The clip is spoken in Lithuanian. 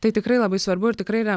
tai tikrai labai svarbu ir tirai yra